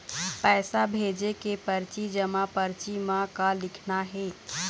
पैसा भेजे के परची जमा परची म का लिखना हे?